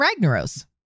Ragnaros